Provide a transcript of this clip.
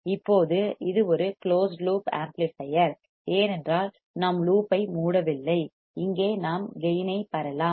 இப்போது இது ஒரு கிளோஸ்ட் லூப் ஆம்ப்ளிபையர் ஏனென்றால் நாம் லூப்பை மூடவில்லை இங்கே நாம் கேயின்ஐப் பெறலாம்